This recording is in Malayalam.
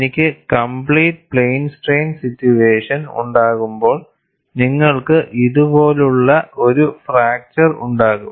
എനിക്ക് കംപ്ലീറ്റ് പ്ലെയിൻ സ്ട്രെയിൻ സിറ്റുവേഷൻ ഉണ്ടാകുമ്പോൾ നിങ്ങൾക്ക് ഇതുപോലുള്ള ഒരു ഫ്രാക്ചർ ഉണ്ടാകും